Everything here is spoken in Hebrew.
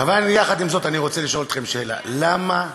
עם זאת, אני רוצה לשאול אתכם שאלה: למה בכפייה?